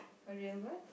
a real what